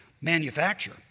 Manufacture